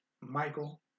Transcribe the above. Michael